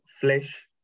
flesh